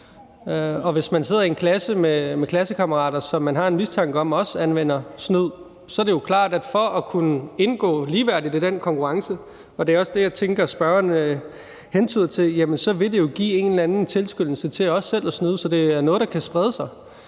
Og hvis man sidder i en klasse med klassekammerater, som man har en mistanke om også anvender snyd, er det jo klart, at for at kunne indgå ligeværdigt i den konkurrence – det er også det, jeg tænker at spørgeren hentyder til – vil det give en eller anden tilskyndelse til også selv at snyde. Så det er noget, der kan sprede sig,